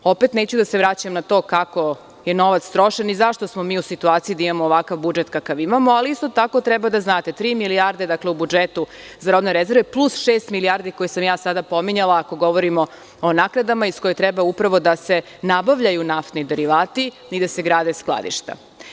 Opet, neću da se vraćam na to kako je novac trošen i zašto smo mi u situaciji da imamo ovakav budžet kakav imamo, ali isto tako treba da znate da tri milijarde u budžetu za robne rezerve plus šest milijardi koje sam sada pominjala, ako govorimo o naknadama iz kojih treba da se nabavljaju naftni derivati i da se grade skladišta.